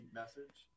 message